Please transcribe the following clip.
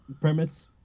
premise